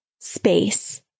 space